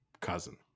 cousin